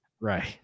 Right